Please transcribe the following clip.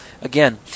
Again